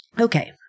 Okay